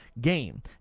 game